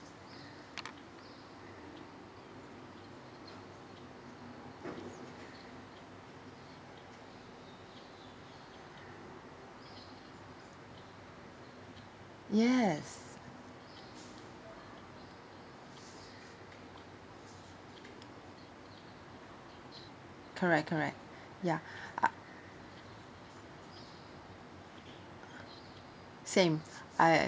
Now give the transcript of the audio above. yes correct correct ya ah same I